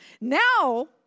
Now